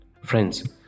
Friends